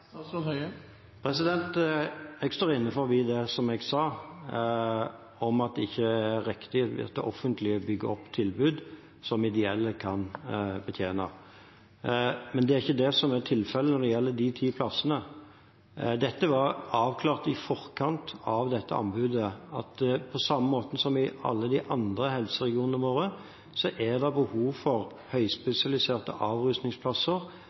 Jeg står for det jeg sa om at det ikke er riktig at det offentlige bygger opp tilbud som ideelle kan betjene. Men det er ikke det som er tilfellet når det gjelder de ti plassene. Det var i forkant av dette anbudet avklart at på samme måte som i alle de andre helseregionene våre er det behov for